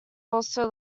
also